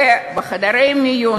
ובחדרי מיון?